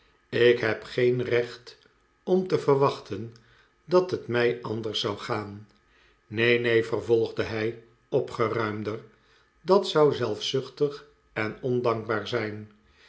ik heb geen recht om te verwachten dat het mij anders zou gaan neen neen vervolgde hij opgeruimder dat zou zelfzuchtig en ondankbaar zijn